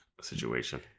situation